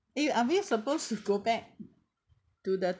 eh are we supposed to go back to the